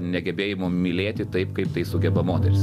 negebėjimo mylėti taip kaip tai sugeba moteris